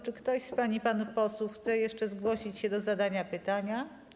Czy ktoś z pań i panów posłów chce jeszcze zgłosić się do zadania pytania?